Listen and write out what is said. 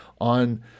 on